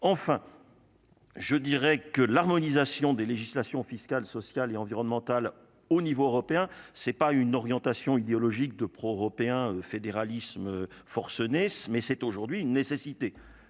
enfin. Je dirais que l'harmonisation des législations fiscales, sociales et environnementales au niveau européen, c'est pas une orientation idéologique de pro-européen de fédéralisme forcené, mais c'est aujourd'hui une nécessité